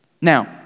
Now